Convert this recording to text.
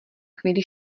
chvíli